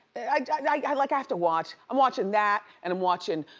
like i like i have to watch. i'm watching that, and i'm watching